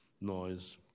noise